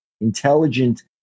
intelligent